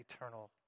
eternal